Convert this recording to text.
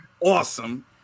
awesome